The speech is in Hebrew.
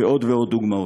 ועוד ועוד דוגמאות.